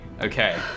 Okay